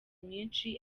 myinshi